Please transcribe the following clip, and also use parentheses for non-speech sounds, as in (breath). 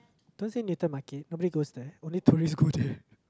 don't say newton market nobody goes there only tourist (breath) go there